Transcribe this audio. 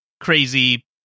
crazy